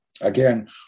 Again